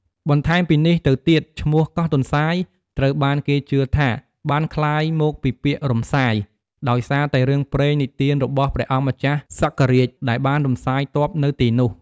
បន្ថែមពីនេះទៅទៀតឈ្មោះ "កោះទន្សាយ" ត្រូវបានគេជឿថាបានក្លាយមកពីពាក្យ "រំសាយ" ដោយសារតែរឿងព្រេងនិទានរបស់ព្រះអង្គម្ចាស់សកររាជដែលបានរំសាយទ័ពនៅទីនោះ។